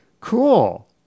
cool